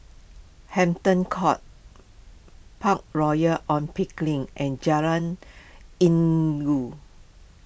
Hampton Court Park Royal on Pickering and Jalan Inggu